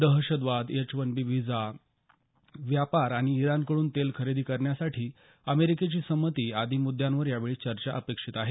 दहशतवाद H one B visa व्यापार आणि इराणकड्रन तेल खरेदी करण्यासाठी अमेरिकेची संमती आदी मुद्दांवर यावेळी चर्चा अपेक्षित आहे